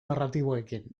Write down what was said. narratiboekin